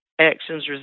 actions